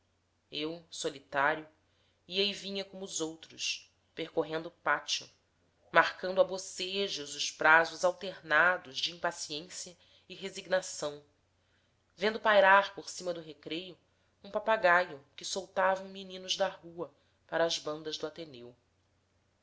eu solitário ia e vinha como os outros percorrendo o pátio marcando a bocejos os prazos alternados de impaciência e resignação vendo pairar por cima do recreio um papagaio que soltavam meninos da rua para as bandas do ateneu